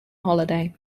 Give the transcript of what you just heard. holiday